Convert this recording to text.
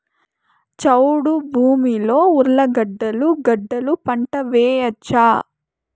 చౌడు భూమిలో ఉర్లగడ్డలు గడ్డలు పంట వేయచ్చా?